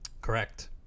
Correct